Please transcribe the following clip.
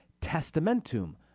testamentum